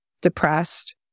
depressed